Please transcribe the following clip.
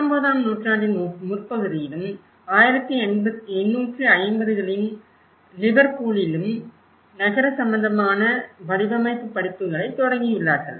19ஆம் நூற்றாண்டின் முற்பகுதியிலும் 1850 களின் லிவர்பூலிலும் நகர சம்பந்தமான வடிவமைப்பு படிப்புகளைத் தொடங்கியுள்ளார்கள்